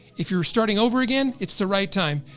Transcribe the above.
if you're starting over again, it's the right time.